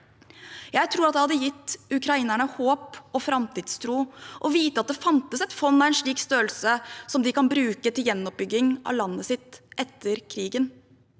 Jeg tror det hadde gitt ukrainerne håp og framtidstro å vite at det fantes et fond av en slik størrelse som de kan bruke til gjenoppbygging av landet sitt etter krigen.